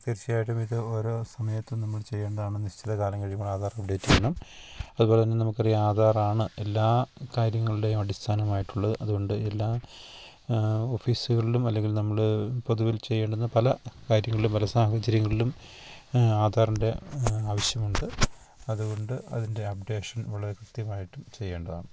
തീർച്ചയായിട്ടും ഇത് ഓരോ സമയത്തും നമ്മൾ ചെയ്യേണ്ടതാണ് നിശ്ചിതകാലം കഴിയുമ്പോൾ ആധാർ അപ്ഡേറ്റ് ചെയ്യണം അതുപോലെ തന്നെ നമുക്കറിയാം ആധാറാണ് എല്ലാ കാര്യങ്ങളുടെയും അടിസ്ഥാനമായിട്ടുള്ളത് അതു കൊണ്ട് എല്ലാ ഓഫീസുകളിലും അല്ലെങ്കിൽ നമ്മൾ പൊതുവിൽ ചെയ്യേണ്ടുന്ന പല കാര്യങ്ങളിലും പല സാഹചര്യങ്ങളിലും ആധാറിൻ്റെ ആവശ്യമുണ്ട് അതു കൊണ്ട് അതിൻ്റെ അപ്ഡേഷൻ വളരെ കൃത്യമായിട്ടും ചെയ്യേണ്ടതാണ്